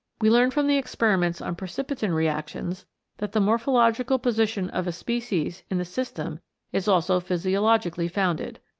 we learn from the experiments on precipitin reactions that the morphological position of a species in the system is also physiologically founded.